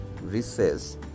recess